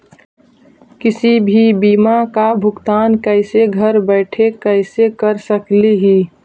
किसी भी बीमा का भुगतान कैसे घर बैठे कैसे कर स्कली ही?